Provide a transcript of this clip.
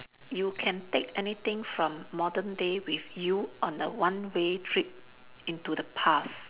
you can take anything from modern day with you on a one way trip into the past